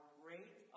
great